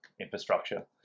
infrastructure